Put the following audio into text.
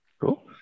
Cool